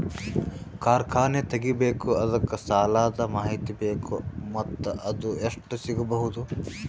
ಕಾರ್ಖಾನೆ ತಗಿಬೇಕು ಅದಕ್ಕ ಸಾಲಾದ ಮಾಹಿತಿ ಬೇಕು ಮತ್ತ ಅದು ಎಷ್ಟು ಸಿಗಬಹುದು?